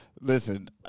Listen